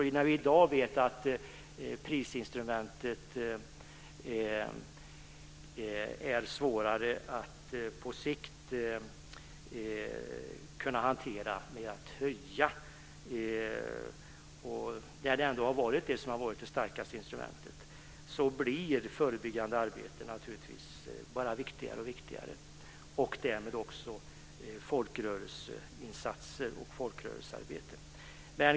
Vi vet i dag att prisinstrumentet är svårare att hantera på sikt. Det har ju varit det starkaste instrumentet. Då blir förebyggande arbete bara viktigare och viktigare och därmed också folkrörelseinsatser och folkrörelsearbete.